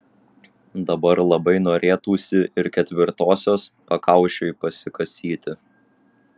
dabar labai norėtųsi ir ketvirtosios pakaušiui pasikasyti